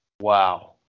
wow